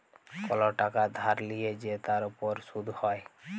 call টাকা ধার লিয়ে যে তার উপর শুধ হ্যয়